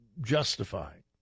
justified